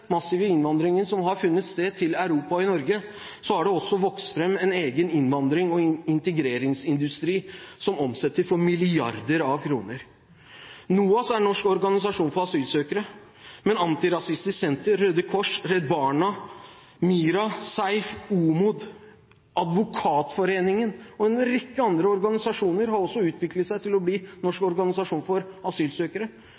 massive innvandringen som har funnet sted til Europa og Norge, har det også vokst fram en egen innvandrings- og integreringsindustri som omsetter for milliarder av kroner. NOAS er Norsk organisasjon for asylsøkere, men Antirasistisk Senter, Røde Kors, Redd Barna, MiRA-Senteret, SEIF, OMOD, Advokatforeningen og en rekke andre organisasjoner har også utviklet seg til å bli